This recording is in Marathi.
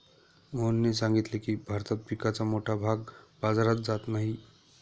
मोहनने सांगितले की, भारतात पिकाचा मोठा भाग बाजारात जात नाही